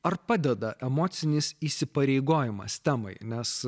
ar padeda emocinis įsipareigojimas temai nes